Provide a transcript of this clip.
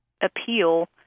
appeal